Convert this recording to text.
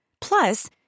Plus